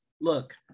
look